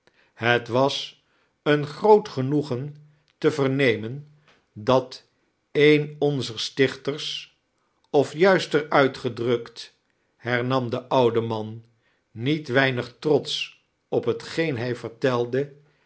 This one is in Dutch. het jutot hefc was een groot genoegen te vernemen dat een onzer stuchters of juistter uitged'rukt hemam de oude man niet weinig troteeh op hetgeem hij vertele